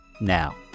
now